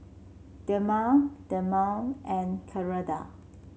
Dermale Dermale and Keradan